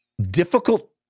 difficult